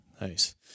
Nice